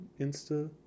Insta